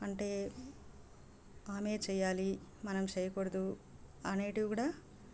అంటే ఆమె చేయాలి మనం చేయకూడదు అనేవి కూడా